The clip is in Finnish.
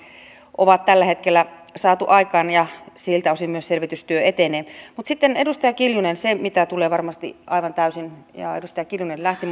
on tällä hetkellä saatu aikaan ja siltä osin myös selvitystyö etenee mutta sitten edustaja kiljunen se mikä on varmasti aivan täysin jaa edustaja kiljunen lähti